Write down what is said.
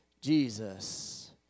Jesus